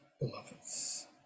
beloveds